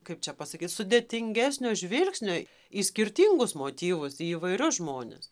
kaip čia pasakyt sudėtingesnio žvilgsnio į skirtingus motyvus į įvairius žmones